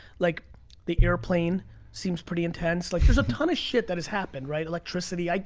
like the airplane seems pretty intense. like there's a ton of shit that has happened, right, electricity, like